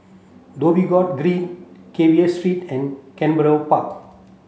Dhoby Ghaut Green Carver Street and Canberra Park